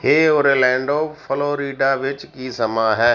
ਹੇ Orlando Florida ਵਿੱਚ ਕੀ ਸਮਾਂ ਹੈ